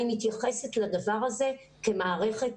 אני מתייחסת לדבר הזה כאל מערכת